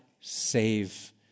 save